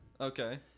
Okay